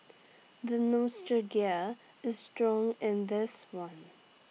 the nostalgia is strong in this one